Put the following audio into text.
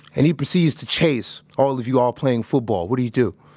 and he proceeds to chase all of you all playing football. what do you do?